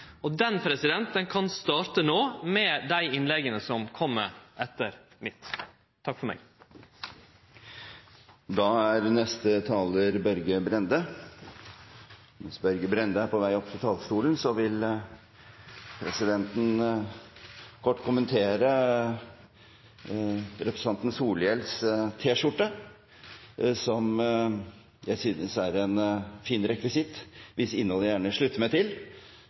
kan starte no, med dei innlegga som kjem etter mitt. Takk for meg! Mens utenriksminister Børge Brende er på vei opp til talerstolen, vil presidenten kort kommentere representanten Solhjells T-skjorte, som jeg synes er en fin rekvisitt, hvis budskap jeg gjerne slutter meg til,